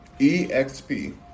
EXP